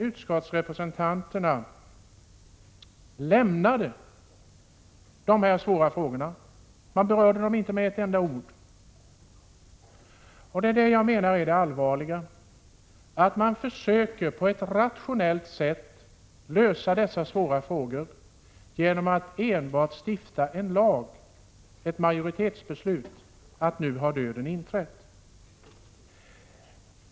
Utskottsrepresentanterna lämnade dessa svåra frågor; man berörde dem inte med ett enda ord. Det är detta jag menar är det allvarliga — att man försöker lösa dessa svåra frågor på ett rationellt sätt genom att enbart med ett majoritetsbeslut stifta en lag om att nu har döden inträtt.